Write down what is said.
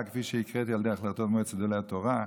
כפי שהקראתי על ידי החלטות מועצת גדולי התורה,